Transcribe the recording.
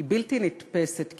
היא בלתי נתפסת כמעט.